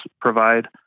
provide